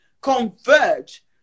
converge